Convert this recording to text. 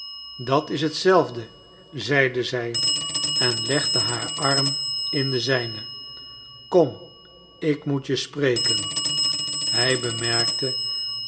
dat is hetzelfde zeide zij en legde haar arm in den zijnen kom ik moet je spreken hij bemerkte